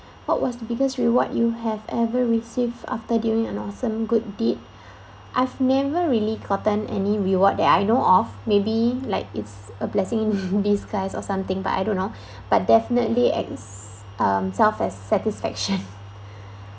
what was the biggest reward you have ever received after doing an awesome good deed I've never really gotten any reward that I know of maybe like it's a blessing in disguise or something but I don't know but definitely is um self as satisfaction